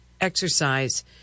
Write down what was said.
exercise